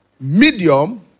medium